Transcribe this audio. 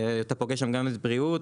אתה פוגש שם גם בריאות,